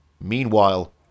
Meanwhile